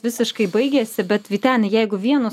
visiškai baigėsi bet vyteni jeigu vienu